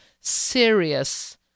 serious